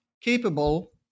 capable